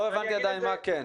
עדיין לא הבנתי מה כן.